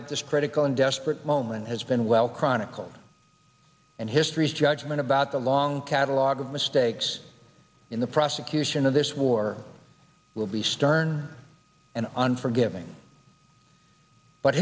arrived at this critical and desperate moment has been well chronicled and history's judgment about the long catalogue of mistakes in the prosecution of this war will be stern and unforgiving but